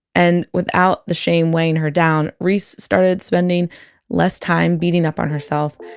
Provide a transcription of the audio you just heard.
and without the shame weighing her down, reese started spending less time beating up on herself,